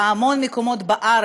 בימים אלה בהמון מקומות בארץ